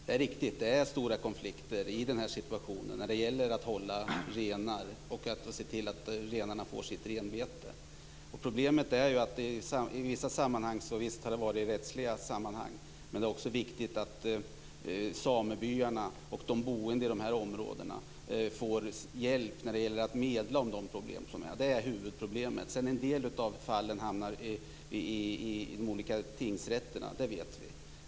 Herr talman! Det är riktigt. Det är stora konflikter i denna situation när det gäller att hålla renar och se till att renarna får sitt renbete. Visst har det varit rättsliga sammanhang, men det är också viktigt att samebyarna och de boende i dessa områden får hjälp när det gäller att medla om de problem som finns. Det är huvudproblemet. En del av fallen hamnar i de olika tingsrätterna. Det vet vi.